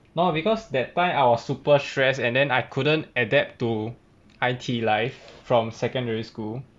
no lah because that time I was super stress and then I couldn't adapt to I_T_E life from secondary school